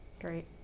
Great